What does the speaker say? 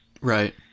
Right